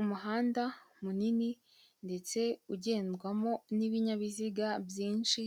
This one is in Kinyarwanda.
Umuhanda munini ndetse ugendwamo n'ibinyabiziga byinshi